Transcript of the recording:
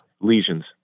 Lesions